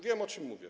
Wiem, o czym mówię.